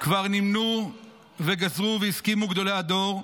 "וכעת כבר נמנו וגזרו והסכימו גדולי הדור"